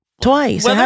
Twice